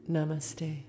Namaste